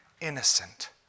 innocent